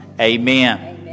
Amen